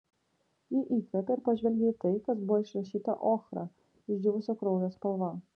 ji įkvėpė ir pažvelgė į tai kas buvo išrašyta ochra išdžiūvusio kraujo spalva